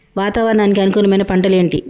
వాతావరణానికి అనుకూలమైన పంటలు ఏంటి?